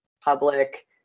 public